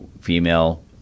female